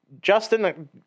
Justin